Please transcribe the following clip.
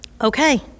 Okay